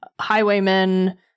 highwaymen